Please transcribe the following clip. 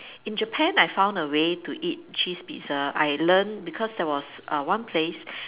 in Japan I found a way to eat cheese Pizza I learn because there uh was one place